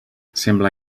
sembla